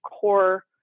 core